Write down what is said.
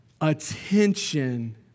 attention